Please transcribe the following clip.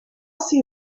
see